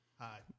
Hi